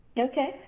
Okay